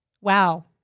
Wow